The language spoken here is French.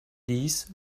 dix